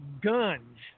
Guns